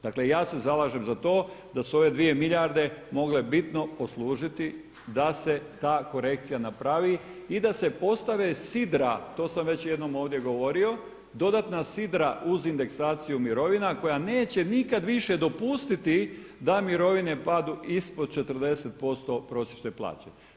Dakle, ja se zalažem za to da su ove dvije milijarde mogle bitno poslužiti da se ta korekcija napravi i da se postave sidra, to sam već jednom ovdje govorio, dodatna sidra uz indeksaciju mirovina koja neće nikad više dopustiti da mirovine padnu ispod 40% prosječne plaće.